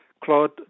Claude